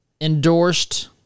endorsed